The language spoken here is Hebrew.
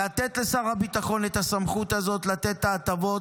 לתת לשר הביטחון את הסמכות הזאת לתת את ההטבות,